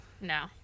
No